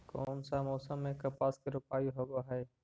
कोन सा मोसम मे कपास के रोपाई होबहय?